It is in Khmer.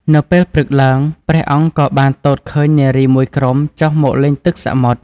នៅពេលព្រឹកឡើង ព្រះអង្គក៏បានទតឃើញនារីមួយក្រុមចុះមកលេងទឹកសមុទ្រ។